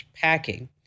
packing